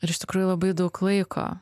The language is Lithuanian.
ir iš tikrųjų labai daug laiko